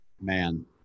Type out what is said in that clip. Man